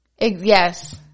Yes